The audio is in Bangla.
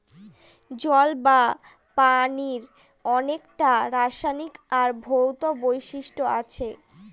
জল বা পানির অনেককটা রাসায়নিক আর ভৌতিক বৈশিষ্ট্য আছে